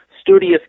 studious